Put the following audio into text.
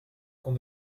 qu’on